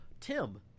Tim